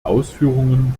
ausführungen